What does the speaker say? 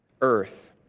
earth